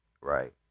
right